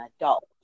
adult